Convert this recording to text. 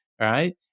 right